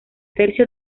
tercio